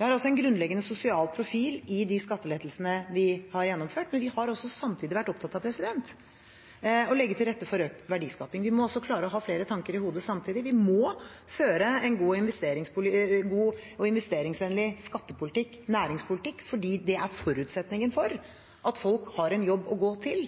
Vi har en grunnleggende sosial profil i de skattelettelsene vi har gjennomført, men vi har samtidig vært opptatt av å legge til rette for økt verdiskaping. Vi må klare å ha flere tanker i hodet samtidig. Vi må føre en god og investeringsvennlig skattepolitikk og næringspolitikk fordi det er forutsetningen for at folk har en jobb å gå til.